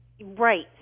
Right